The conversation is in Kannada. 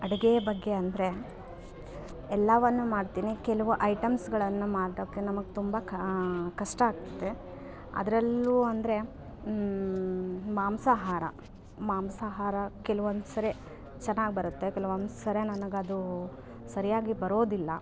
ಅಡುಗೆಯ ಬಗ್ಗೆ ಅಂದರೆ ಎಲ್ಲವನ್ನು ಮಾಡ್ತೀನಿ ಕೆಲವು ಐಟಮ್ಸ್ಗಳನ್ನು ಮಾಡೋಕೆ ನಮಗೆ ತುಂಬ ಕಷ್ಟ ಆಗ್ತತೆ ಅದರಲ್ಲು ಅಂದರೆ ಮಾಂಸಾಹಾರ ಮಾಂಸಾಹಾರ ಕೆಲವೊಂದ್ಸರಿ ಚೆನ್ನಾಗ್ ಬರುತ್ತೆ ಕೆಲವೊಂದ್ಸರಿ ನನಗೆ ಅದು ಸರಿಯಾಗಿ ಬರೋದಿಲ್ಲ